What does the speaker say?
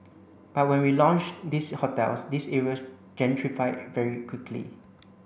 but when we launched these hotels these areas gentrified very quickly